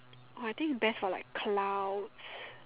orh I think best for like clouds